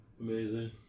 Amazing